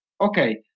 okay